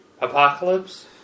Apocalypse